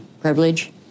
privilege